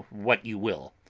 what you will.